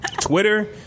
Twitter